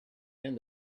and